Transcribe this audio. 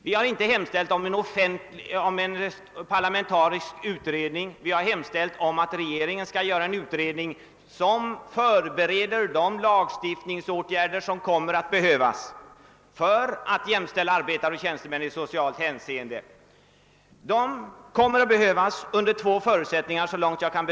Vi har inte hemställt om en parlamentärisk utredning — vi har hemställt att regeringen skall tillsätta en utredning som förbereder de lagstiftningsåtgärder som kommer att behöväs för att i socialt hänseende jämställa arbetare och tjänstemän. Lagstiftning kommer såvitt jag kan bedöma det att behövas under två förutsättningar.